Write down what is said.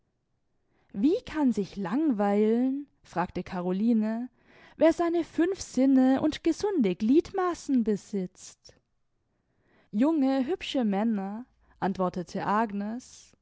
wie kann sich langeweilen fragte caroline wer seine fünf sinne und gesunde gliedmassen besitzt junge hübsche männer antwortete agnes